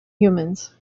humans